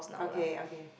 okay okay